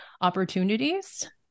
opportunities